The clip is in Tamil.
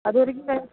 அது வரைக்கும் சார்